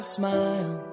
smile